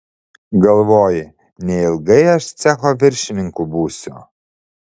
galvoji neilgai aš cecho viršininku būsiu